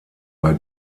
bei